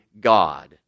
God